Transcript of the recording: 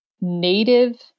native